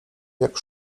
jak